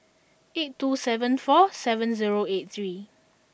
eight two seven four seven zero eight three